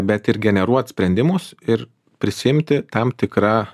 ne bet ir generuot sprendimus ir prisiimti tam tikra